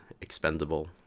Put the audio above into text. expendable